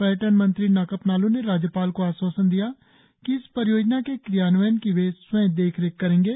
पर्यटन मंत्री नाकप नालो ने राज्यपाल को आश्वासन दिया कि इस परियोजना के क्रियान्वयन की वे स्वयं देखरेख करेंगे